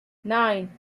nine